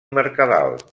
mercadal